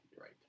Right